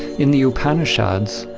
in the upanishads,